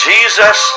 Jesus